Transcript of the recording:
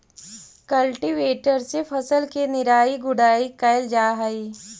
cultivator से फसल के निराई गुडाई कैल जा हई